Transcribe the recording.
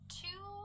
two